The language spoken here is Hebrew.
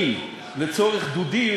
לתעשיינים לצורך דודים,